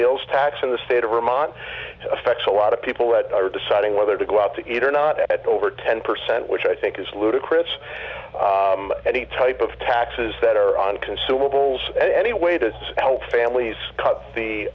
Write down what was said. meals tax in the state of vermont affection a lot of people that are deciding whether to go out to eat or not at over ten percent which i think is ludicrous any type of taxes that are on consumables anyway to help families cut the